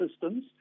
systems